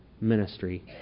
ministry